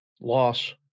Loss